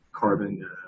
Carbon